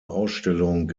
ausstellung